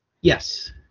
Yes